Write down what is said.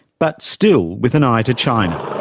but still with an eye to china.